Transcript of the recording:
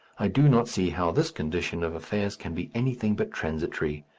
i do not see how this condition of affairs can be anything but transitory.